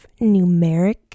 numeric